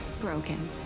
broken